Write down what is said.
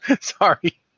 Sorry